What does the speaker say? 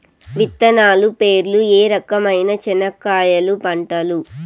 విత్తనాలు పేర్లు ఏ రకమైన చెనక్కాయలు పంటలు?